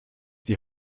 die